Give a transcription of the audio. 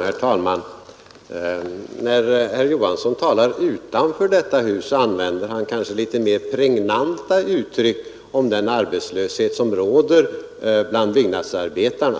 Herr talman! När herr Knut Johansson i Stockholm talar utanför detta hus använder han kanske litet mer pregnanta uttryck om den arbetslöshet som råder bland byggnadsarbetarna.